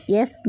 Yes